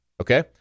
Okay